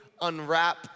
unwrap